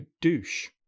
douche